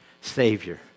Savior